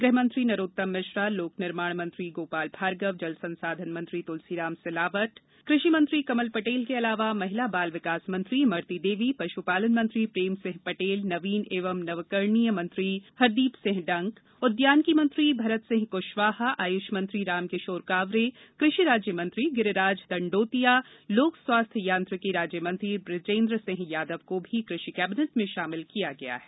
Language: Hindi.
गृहमंत्री नरोत्तम मिश्रा लोक निर्माण मेंत्री गोपाल भार्गव जल संसाधन मंत्री तुलसीराम सिलावट कृषि मंत्री कमल पटेल के अलावा महिला बाल विकास मंत्री इमरती देवी पश्पालन मंत्री प्रेमसिंह पटेल नवीन एवं नवकरणीय मंत्री हरदीप सिंह डंग उद्यानिकी मंत्री भारत सिंह क्शवाहा आयुष मंत्री रामकिशोर कांवरे कृषि राज्य मंत्री गिरिराज दंडोतिया लोक स्वास्थ्य यांत्रिकी राज्यमंत्री बृजेन्द्र सिंह यादव को भी कृषि कैबिनेट में शामिल किया गया है